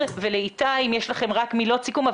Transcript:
ולאיתי אם יש לכם רק מילות סיכום,